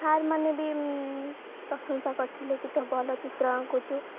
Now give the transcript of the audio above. sir ମାନେ ବି ପ୍ରଶଂସା କରିଥିଲେ କି ତୁ ଭଲ ଚିତ୍ର ଆଙ୍କୁଛୁ